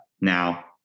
now